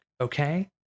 okay